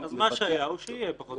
--- אז מה שהיה הוא שיהיה פחות או יותר.